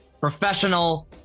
professional